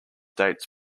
dates